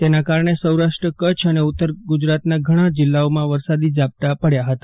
તેના કારણે સૌરાષ્ટ્ર કચ્છ અને ઉત્તર ગુજરાતના ઘણા જિલ્લાઓમાં વરસાદી ઝાપટા પડ્યા હતા